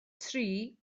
tri